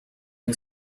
you